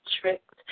tricked